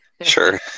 Sure